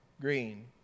green